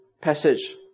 passage